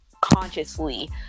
consciously